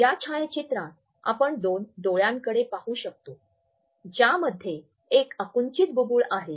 या छायाचित्रात आपण दोन डोळ्यांकडे पाहू शकतो ज्यामध्ये एक आकुंचित बुबुळ आहे